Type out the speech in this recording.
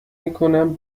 میکنم